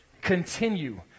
Continue